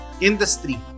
industry